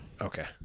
okay